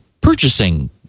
purchasing